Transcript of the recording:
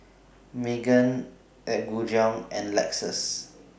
Megan Apgujeong and Lexus